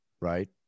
right